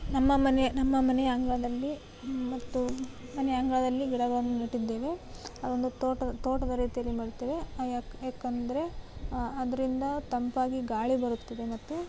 ನಮ್ಮ ಮನೆ ನಮ್ಮ ಮನೆಯ ಅಂಗಳದಲ್ಲಿ ಮತ್ತು ಮನೆಯ ಅಂಗಳದಲ್ಲಿ ಗಿಡವನ್ನು ನೆಟ್ಟಿದ್ದೇವೆ ಅದೊಂದು ತೋಟ ತೋಟದ ರೀತಿಯಲ್ಲಿ ಮಾಡುತ್ತೇವೆ ಯಾಕೆಂದರೆ ಅದರಿಂದ ತಂಪಾಗಿ ಗಾಳಿ ಬರುತ್ತದೆ ಮತ್ತು